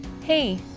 Hey